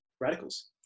radicals